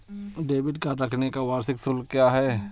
Debit card रखने का वार्षिक शुल्क क्या है?